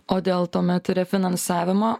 o dėl tuomet refinansavimo